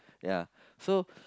ya so